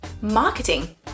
marketing